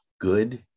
good